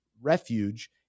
refuge